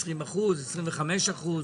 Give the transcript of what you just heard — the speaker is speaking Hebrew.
25 אחוזים.